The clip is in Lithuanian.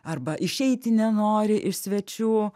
arba išeiti nenori iš svečių